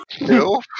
No